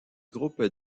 groupe